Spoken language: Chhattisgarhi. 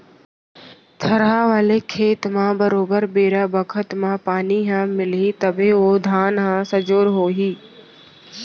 थरहा वाले खेत म बरोबर बेरा बखत म पानी ह मिलही तभे ओ धान ह सजोर हो ही